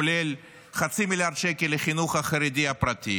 כולל חצי מיליארד שקל לחינוך החרדי הפרטי